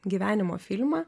gyvenimo filmą